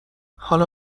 حالا